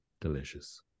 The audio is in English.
delicious